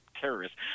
terrorists